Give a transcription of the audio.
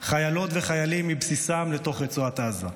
חיילות וחיילים מבסיסם לתוך רצועת עזה.